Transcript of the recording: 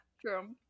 True